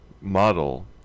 model